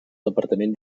departament